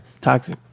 Toxic